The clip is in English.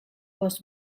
was